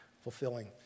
fulfilling